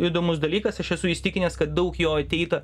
įdomus dalykas aš esu įsitikinęs kad daug jo ateita